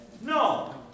No